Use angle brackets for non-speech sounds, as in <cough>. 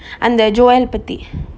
<breath> அந்த:antha joel பத்தி:pathi